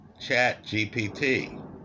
ChatGPT